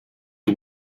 you